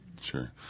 Sure